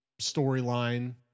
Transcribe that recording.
storyline